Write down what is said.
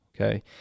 Okay